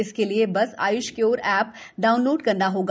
इसके लिए बस आय्ष क्योर ए डाउनलोड करना होगा